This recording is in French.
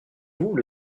vous